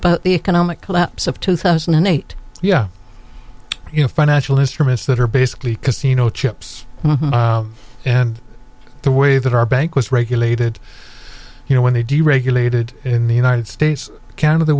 about the economic collapse of two thousand and eight yeah you know financial instruments that are basically casino chips and the way that our bank was regulated you know when they deregulated in the united states c